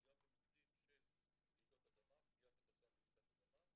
גם למקרים של פגיעה כתוצאה מרעידת אדמה,